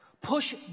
push